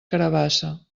carabassa